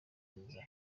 nziza